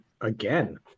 Again